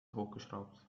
hochgeschraubt